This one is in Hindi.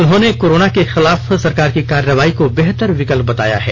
उन्होंने कोरोना के खिलाफ सरकार की कार्रवाई को बेहतर विकल्प बताया है